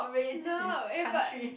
no eh but